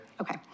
Okay